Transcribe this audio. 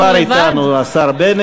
הנה, הוא כבר אתנו, השר בנט.